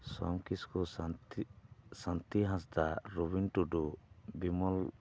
ᱥᱚᱢ ᱠᱤᱥᱠᱩ ᱥᱟᱱᱛᱤ ᱥᱟᱱᱛᱤ ᱦᱟᱸᱥᱫᱟ ᱨᱚᱵᱤᱱ ᱴᱩᱰᱩ ᱵᱤᱢᱚᱞ